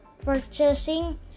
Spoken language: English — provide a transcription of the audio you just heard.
purchasing